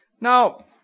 Now